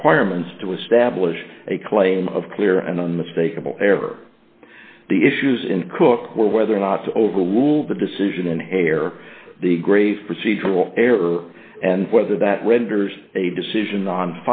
requirements to establish a claim of clear and unmistakable error the issues in cook or whether or not to overrule the decision and hair the grave procedural error and whether that renders a decision on